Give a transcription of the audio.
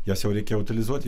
jas jau reikia utilizuoti